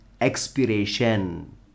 expiration